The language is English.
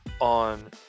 on